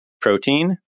protein